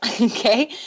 okay